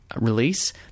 release